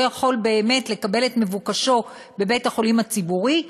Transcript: יכול באמת לקבל את מבוקשו בבית-החולים הציבורי,